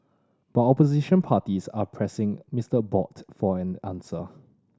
but opposition parties are pressing Mister Abbott for an answer